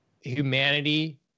humanity